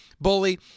Bully